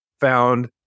found